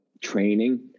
training